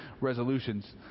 resolutions